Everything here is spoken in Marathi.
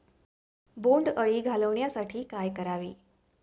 बोंडअळी घालवण्यासाठी काय करावे?